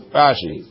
rashi